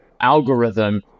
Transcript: algorithm